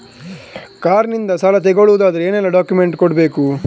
Car ಇಂದ ಸಾಲ ತಗೊಳುದಾದ್ರೆ ಏನೆಲ್ಲ ಡಾಕ್ಯುಮೆಂಟ್ಸ್ ಕೊಡ್ಬೇಕು?